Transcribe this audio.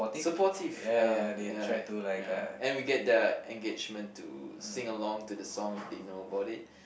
supportive ya ya ya and we get the engagement to sing along to the song they know about it